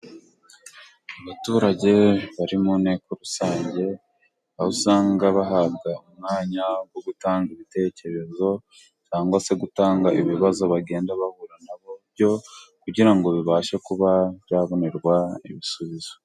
Abaturage bari mu nteko rusange, aho usanga bahabwa umwanya wo gutanga ibitekerezo cyangwa se gutanga ibibazo, bagenda bahura na byo kugira ngo bibashe kuba byabonerwa ibisubizo.